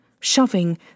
shoving